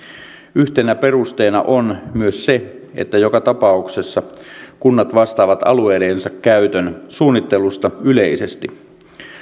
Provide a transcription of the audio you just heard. yhtenä perusteena on myös se että joka tapauksessa kunnat vastaavat alueidensa käytön suunnittelusta yleisesti